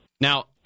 now